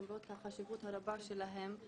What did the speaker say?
למרות החשיבות הרבה שלהם,